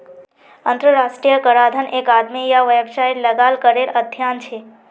अंतर्राष्ट्रीय कराधन एक आदमी या वैवसायेत लगाल करेर अध्यन छे